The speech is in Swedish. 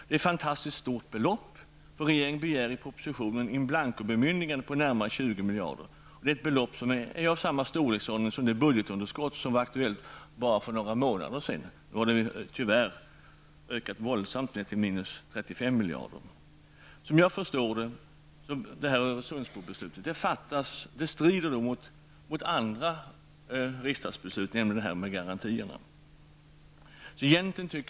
Det är ett fantatiskt stort belopp. Regeringen begär i propositionen in blanco-bemyndigande på närmare 20 miljarder kronor. Det är ett belopp som är av samma storleksordning som det budgetunderskott som var aktuellt bara för några månader sedan. Nu har det tyvärr ökat våldsamt till minus 35 miljarder. Såvitt jag förstår strider detta Öresundsbrobeslut mot andra riksdagsbeslut, nämligen beslutet om utfärdande av statliga garantier.